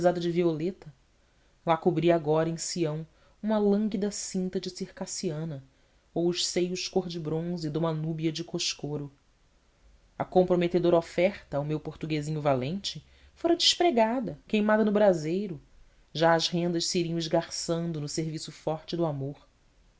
de violeta lá cobria agora em sião uma lânguida cinta de circassiana ou os seios cor de bronze de unia núbia de cóscoro a comprometedora oferta ao meu portuguesinho valente fora despregada queimada no braseiro já as rendas se iriam esgarçando no serviço forte do amor